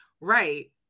Right